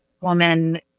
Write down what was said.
woman